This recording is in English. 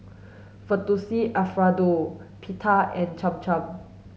Fettuccine Alfredo Pita and Cham Cham